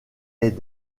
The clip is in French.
est